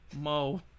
Mo